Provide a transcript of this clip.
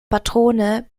patrone